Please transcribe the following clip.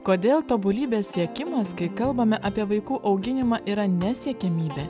kodėl tobulybės siekimas kai kalbame apie vaikų auginimą yra ne siekiamybė